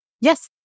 Yes